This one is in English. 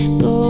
go